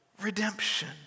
redemption